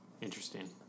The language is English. Interesting